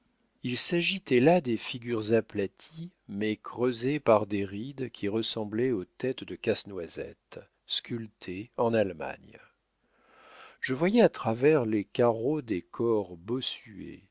il s'agitait là des figures aplaties mais creusées par des rides qui ressemblaient aux têtes de casse noisettes sculptées en allemagne je voyais à travers les carreaux des corps